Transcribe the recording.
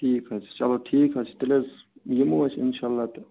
ٹھیٖک حظ چھِ چلو ٹھیٖک حظ چھِ تیٚلہِ حظ یِمو أسۍ انشاء اللہ تہٕ